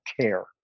care